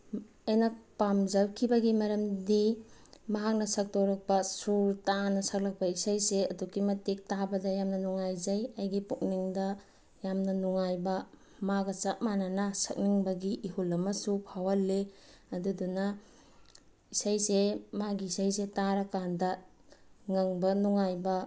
ꯑꯩꯅ ꯄꯥꯝꯖꯈꯤꯕꯒꯤ ꯃꯔꯝꯗꯤ ꯃꯍꯥꯛꯅ ꯁꯛꯇꯣꯔꯛꯄ ꯁꯨꯔ ꯇꯥꯅ ꯁꯛꯂꯛꯄ ꯏꯁꯩꯁꯦ ꯑꯗꯨꯛꯀꯤ ꯃꯇꯤꯛ ꯇꯥꯕꯗ ꯌꯥꯝꯅ ꯅꯨꯡꯉꯥꯏꯖꯩ ꯑꯩꯒꯤ ꯄꯨꯛꯅꯤꯡꯗ ꯌꯥꯝꯅ ꯅꯨꯡꯉꯥꯏꯕ ꯃꯥꯒ ꯆꯞ ꯃꯥꯟꯅꯅ ꯁꯛꯅꯤꯡꯕꯒꯤ ꯏꯍꯨꯜ ꯑꯃꯁꯨ ꯐꯥꯎꯍꯜꯂꯤ ꯑꯗꯨꯗꯨꯅ ꯏꯁꯩꯁꯦ ꯃꯥꯒꯤ ꯏꯁꯩꯁꯦ ꯇꯥꯔꯀꯥꯟꯗ ꯉꯪꯕ ꯅꯨꯡꯉꯥꯏꯕ